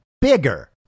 bigger